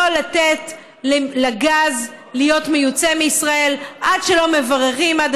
לא לתת לגז להיות מיוצא מישראל עד שלא מבררים עד